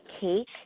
cake